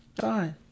Fine